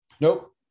nope